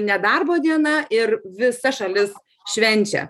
nedarbo diena ir visa šalis švenčia